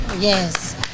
Yes